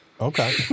Okay